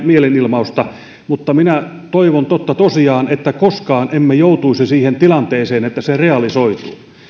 mielenilmausta mutta minä toivon totta tosiaan että koskaan emme joutuisi siihen tilanteeseen että se realisoituu